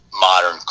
Modern